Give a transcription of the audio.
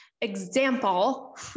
example